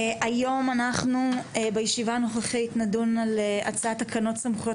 היום אנחנו בישיבה הנוכחית נדון על הצעת תקנות סמכויות